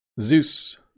Zeus